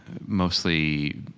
mostly